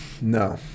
No